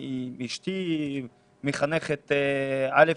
אשתי מחנכת כיתות א'